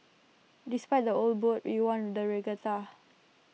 despite the old boat we won the regatta